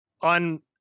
on